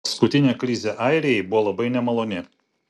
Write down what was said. paskutinė krizė airijai buvo labai nemaloni